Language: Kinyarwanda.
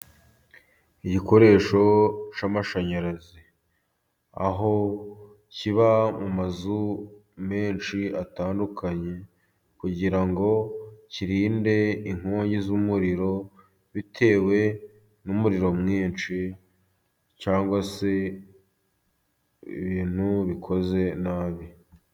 Igikoresho cy'amashanyarazi, aho kiba mu mazu menshi atandukanye, kugira ngo kirinde inkongi z'umuriro, bitewe n'umuriro mwinshi cyangwa se ibintu bikoze nabi.